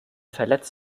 verletzt